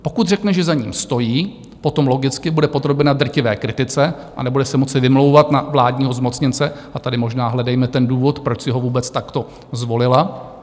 Pokud řekne, že za ním stojí, potom logicky bude podrobena drtivé kritice a nebude se moci vymlouvat na vládního zmocněnce a tady možná hledejme ten důvod, proč si ho vůbec takto zvolila.